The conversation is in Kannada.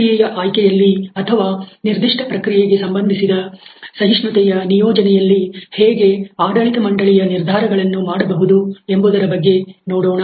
ಪ್ರಕ್ರಿಯೆಯ ಆಯ್ಕೆಯಲ್ಲಿ ಅಥವಾ ನಿರ್ದಿಷ್ಟ ಪ್ರಕ್ರಿಯೆಗೆ ಸಂಬಂಧಿಸಿದ ಸಹಿಷ್ಣುತೆಯ ನಿಯೋಜನೆಯಲ್ಲಿ ಹೇಗೆ ಆಡಳಿತ ಮಂಡಳಿಯ ನಿರ್ಧಾರಗಳನ್ನು ಮಾಡಬಹುದು ಎಂಬುದರ ಬಗ್ಗೆ ನೋಡೋಣ